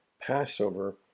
Passover